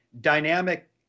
dynamic